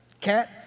Cat